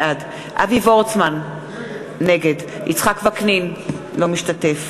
בעד אבי וורצמן, נגד יצחק וקנין, אינו משתתף